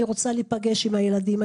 אני רוצה להיפגש עם הילדים.